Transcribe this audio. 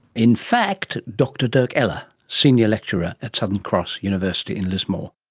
in fact dr dirk erler, senior lecturer at southern cross university in lismore